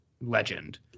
legend